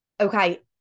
Okay